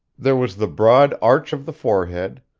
there was the broad arch of the forehead,